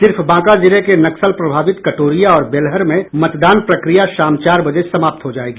सिर्फ बांका जिले के नक्सल प्रभावित कटोरिया और बेलहर में मतदान प्रक्रिया शाम चार बजे समाप्त हो जायेगी